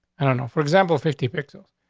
i don't know, for example, fifty pixels.